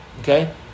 okay